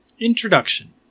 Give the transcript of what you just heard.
Introduction